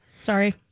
Sorry